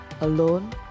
Alone